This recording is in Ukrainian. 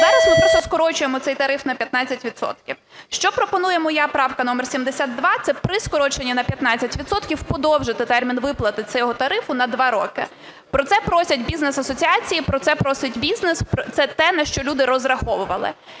Зараз ми просто скорочуємо цей тариф на 15 відсотків. Що пропонує моя правка номер 72 – це при скороченні на 15 відсотків подовжити термін виплати цього тарифу на два роки. Про це просять бізнес-асоціації, про це просить бізнес, це те, на що люди розраховували.